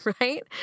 right